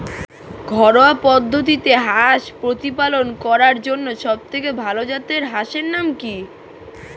ঘরোয়া পদ্ধতিতে হাঁস প্রতিপালন করার জন্য সবথেকে ভাল জাতের হাঁসের নাম কি?